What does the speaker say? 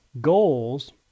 goals